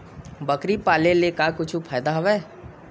बकरी पाले ले का कुछु फ़ायदा हवय?